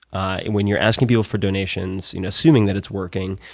and when you're asking people for donations, you know assuming that it's working,